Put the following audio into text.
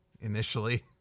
initially